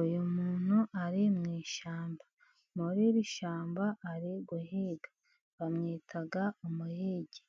Uyu muntu ari mu ishyamba. muri iri shyamba ari guhiga. Bamwita umuhigi.